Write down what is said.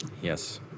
yes